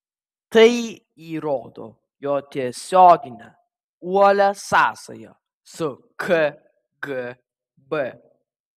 tai įrodo jo tiesioginę uolią sąsają su kgb